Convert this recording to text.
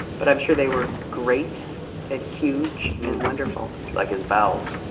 but i'm sure they were great and huge and wonderful. like his bowels.